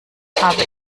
habe